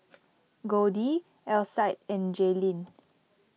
Goldie Alcide and Jaylyn